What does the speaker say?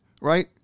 right